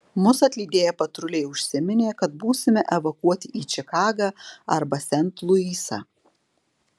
mus atlydėję patruliai užsiminė kad būsime evakuoti į čikagą arba sent luisą